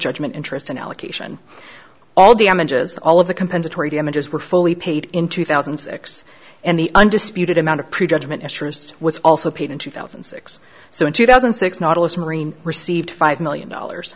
judgment interest in allocation all damages all of the compensatory damages were fully paid in two thousand and six and the undisputed amount of pre judgment interest was also paid in two thousand so in two thousand and six not a us marine received five million dollars